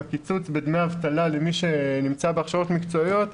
הקיצוץ בדמי האבטלה למי שנמצא בהכשרות מקצועיות.